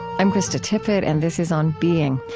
i'm krista tippett and this is on being.